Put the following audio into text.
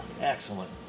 excellent